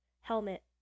helmet